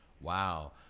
Wow